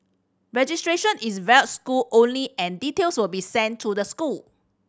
registration is via school only and details will be sent to the school